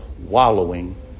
wallowing